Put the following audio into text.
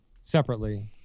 separately